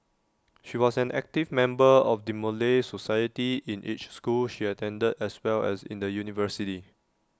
she was an active member of the Malay society in each school she attended as well as in the university